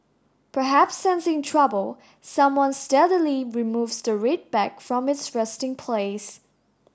perhaps sensing trouble someone stealthily removes the red bag from its resting place